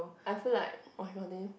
I feel like ok continue